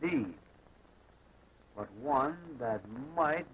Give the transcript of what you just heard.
the one that m